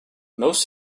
most